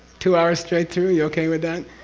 two hours straight through, you okay with that?